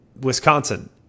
Wisconsin